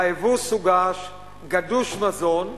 האבוס הוגש גדוש מזון,